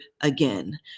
again